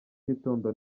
gitondo